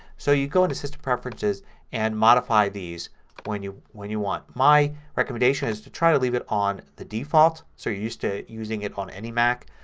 so you go into system preferences and modify these when you when you want. my recommendation is to try to leave it on the default so you're used to using it on any mac.